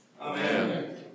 Amen